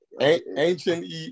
ancient